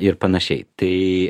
ir panašiai tai